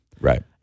Right